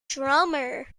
drummer